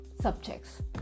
subjects